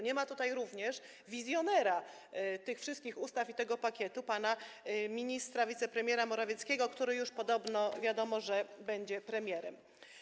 Nie ma tutaj również wizjonera tych wszystkich ustaw i tego pakietu pana ministra, wicepremiera Morawieckiego, który, już podobno wiadomo, będzie premierem.